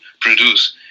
produce